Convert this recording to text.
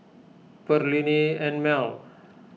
Perllini and Mel